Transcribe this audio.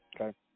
okay